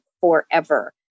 forever